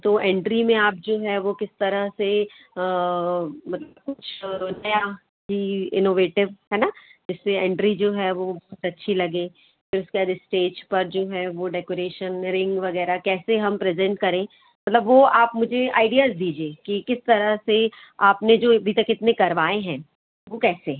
तो एंट्री में आप जो है वो किस तरह से मतलब कुछ नया कि इनोवेटिव है न जिससे एंट्री जो है वह बहुत अच्छी लगे फिर उसके बाद इस्टेज पर जो है वो डेकोरेशन रिंग वगैरह कैसे हम प्रेज़ेंट करें मतलब वो आप मुझे आइडियाज़ दीजिए कि किस तरह से आपने जो अभी तक इतने करवाए हैं वो कैसे